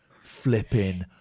flipping